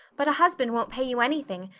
but a husband won't pay you anything,